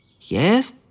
Yes